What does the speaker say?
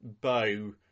bow